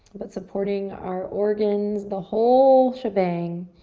but supporting our organs, the whole shebang.